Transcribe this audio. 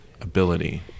Ability